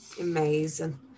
amazing